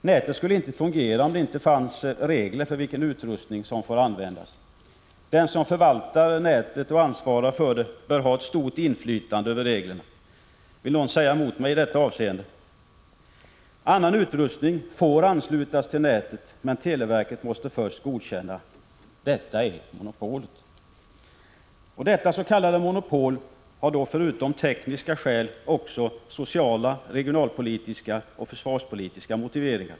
Nätet skulle inte fungera om det inte fanns regler för vilken utrustning som får användas. Den som förvaltar nätet och ansvarar för det bör ha ett stort inflytande över reglerna. Vill någon säga emot mig i detta avseende? Annan utrustning får anslutas till nätet, men televerket måste först godkänna. Detta är monopolet. Detta s.k. monopol har då förutom tekniska också sociala, regionalpolitiska och försvarspolitiska motiveringar.